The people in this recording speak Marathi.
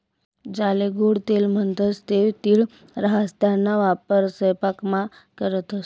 ज्याले गोडं तेल म्हणतंस ते तीळ राहास त्याना वापर सयपाकामा करतंस